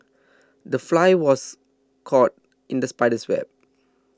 the fly was caught in the spider's web